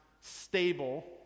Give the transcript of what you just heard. stable